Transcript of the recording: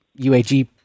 UAG